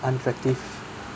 unattractive